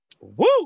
Woo